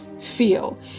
feel